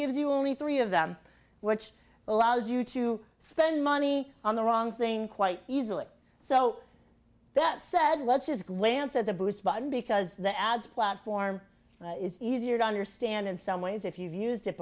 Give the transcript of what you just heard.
gives you only three of them which allows you to spend money on the wrong thing quite easily so that said let's just glance at the boost button because the ads platform is easier to understand in some ways if you've used it